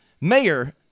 Mayor